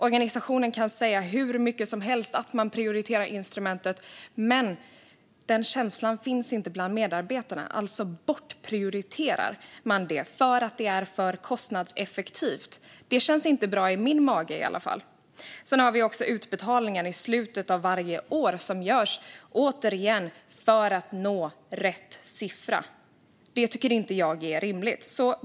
Organisationen kan säga hur mycket som helst att man prioriterar instrumentet, men den känslan finns inte bland medarbetarna. Alltså bortprioriterar man det för att det är för kostnadseffektivt. Det känns inte bra i min mage i alla fall. Sedan har vi också utbetalningarna i slutet av varje år. De görs för att nå rätt siffra. Det tycker inte jag är rimligt.